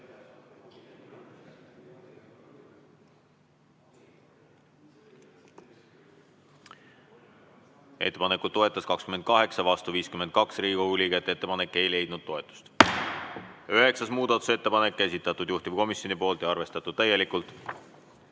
Ettepanekut toetas 28, vastu oli 52 Riigikogu liiget. Ettepanek ei leidnud toetust. Üheksas muudatusettepanek. Esitatud juhtivkomisjoni poolt ja arvestatud täielikult.